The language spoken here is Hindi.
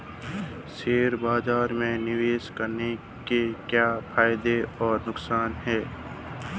शेयर बाज़ार में निवेश करने के क्या फायदे और नुकसान हैं?